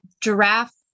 Giraffe